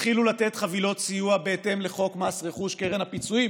תתחילו לתת חבילות סיוע בהתאם לחוק מס רכוש וקרן פיצויים.